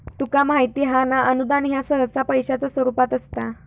तुका माहित हां ना, अनुदान ह्या सहसा पैशाच्या स्वरूपात असता